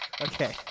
Okay